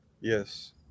Yes